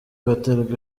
baterwa